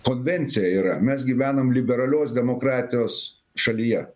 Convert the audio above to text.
konvencija yra mes gyvenam liberalios demokratijos šalyje